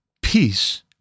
peace